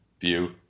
view